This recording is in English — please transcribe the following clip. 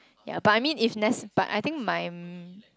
but I mean if nec~ but I think my